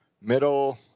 Middle